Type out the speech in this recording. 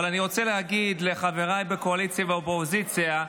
אבל אני רוצה להגיד לחבריי בקואליציה ובאופוזיציה,